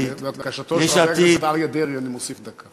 לבקשתו של חבר הכנסת אריה דרעי, אני מוסיף דקה.